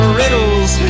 riddles